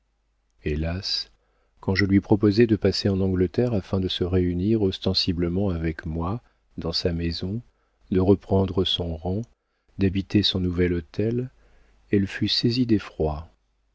hélas quand je lui proposai de passer en angleterre afin de se réunir ostensiblement avec moi dans sa maison de reprendre son rang d'habiter son nouvel hôtel elle fut saisie d'effroi